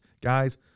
Guys